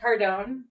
Cardone